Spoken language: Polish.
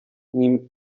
nie